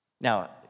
Now